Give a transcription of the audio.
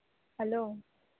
hello